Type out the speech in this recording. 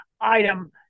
item